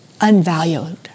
unvalued